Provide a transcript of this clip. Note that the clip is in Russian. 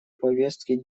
повестки